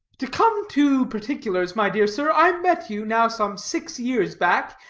to come to particulars, my dear sir, i met you, now some six years back,